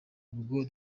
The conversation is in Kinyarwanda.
ubwo